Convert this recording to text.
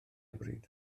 bryd